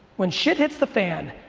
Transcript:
when shit hits the fan,